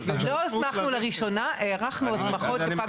לא הסמכנו לראשונה, הארכנו הסמכות שפג תוקפן.